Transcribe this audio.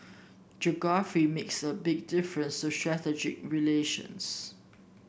geography makes a big difference to strategy relations